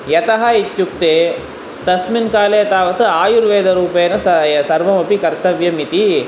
यतः इत्युक्ते तस्मिन् काले तावत् आयुर्वेदरूपेण सा सर्वमपि कर्तव्यम् इति